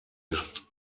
ist